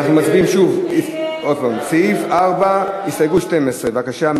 אנחנו נעבור להסתייגות לסעיף 4, של קבוצת חד"ש.